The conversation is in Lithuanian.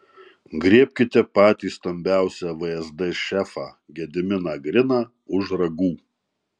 griebkite patį stambiausią vsd šefą gediminą griną už ragų